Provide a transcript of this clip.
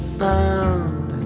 found